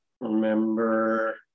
remember